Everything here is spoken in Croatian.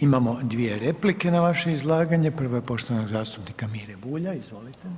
Imamo dvije replike na vaše izlaganje, prva je poštovanog zastupnika Mire Bulja, izvolite.